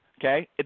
okay